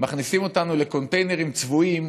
מכניסים אותנו לקונטיינרים צבועים,